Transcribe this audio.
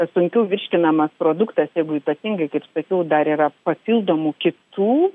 sunkiau virškinamas produktas jeigu ypatingai kaip sakiau dar yra papildomų kitų